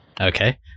Okay